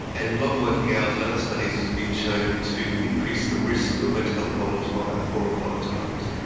and long working hours in and other studies has been shown to increase the risk of mental health problems by about four or five times.